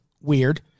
weird